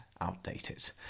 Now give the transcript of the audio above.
outdated